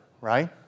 right